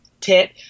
tip